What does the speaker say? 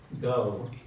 Go